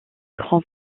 grand